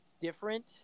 different